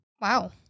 Wow